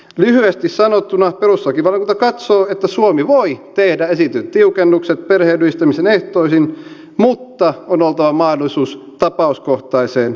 lyhyesti sanottuna perustuslakivaliokunta katsoo että suomi voi tehdä esitetyt tiukennukset perheenyhdistämisen ehtoihin mutta on oltava mahdollisuus tapauskohtaiseen harkintaan